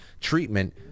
treatment